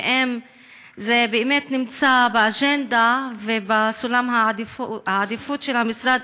ואם זה באמת נמצא באג'נדה ובסולם העדיפות של המשרד,